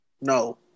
No